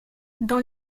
dans